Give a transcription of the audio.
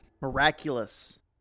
miraculous